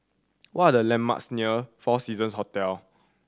what are the landmarks near Four Seasons Hotel